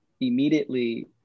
immediately